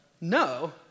No